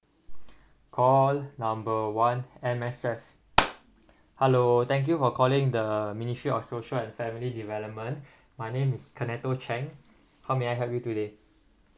call number one M_S_F hello thank you for calling the ministry of social and family development my name is kaneto cheng how may I help you today